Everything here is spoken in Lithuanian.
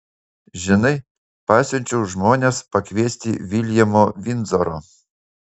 žinai pasiunčiau žmones pakviesti viljamo vindzoro